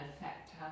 effect